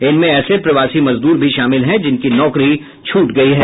इनमें ऐसे प्रवासी मजदूर भी शामिल हैं जिनकी नौकरी छूट गई है